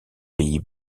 pays